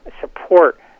support